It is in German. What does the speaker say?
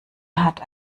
hat